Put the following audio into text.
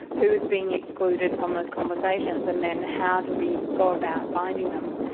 who is being excluded from those conversations and then how do we go about finding them.